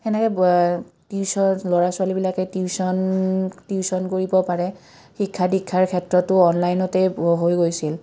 তেনেকৈ টিউশ্যন ল'ৰা ছোৱালীবিলাকে টিউশ্যন টিউশ্যন কৰিব পাৰে শিক্ষা দীক্ষাৰ ক্ষেত্ৰতো অনলাইনতে হৈ গৈছিল